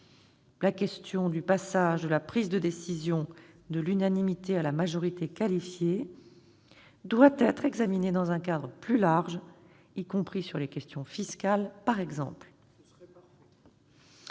La question du passage de la prise de décision de l'unanimité à la majorité qualifiée doit être examinée dans un cadre plus large, y compris sur les questions fiscales par exemple.